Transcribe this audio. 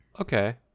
Okay